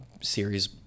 series